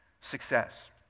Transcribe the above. success